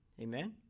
Amen